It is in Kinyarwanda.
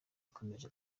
yakomeje